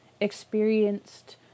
experienced